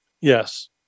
Yes